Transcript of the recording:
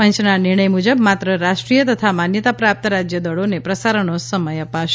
પંચના નિર્ણય મુજબ માત્ર રાષ્ટ્રીય તથા માન્યતા પ્રાપ્ત રાજય દળોને પ્રસારણનો સમય અપાશે